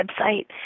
website